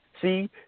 See